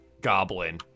goblin